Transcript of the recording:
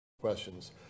questions